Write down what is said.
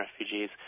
refugees